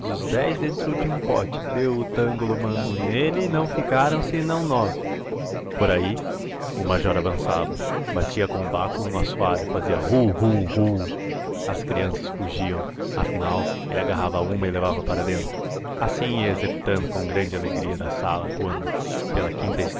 os dez dentro de um pote deu o tangolomango nele não ficaram senão nove por aí o major avançava batia com o báculo no assoalho fazia hu hu hu as crianças fugiam afinal ele agarrava uma e levava para dentro assim ia executando com grande alegria da sala quando pela quinta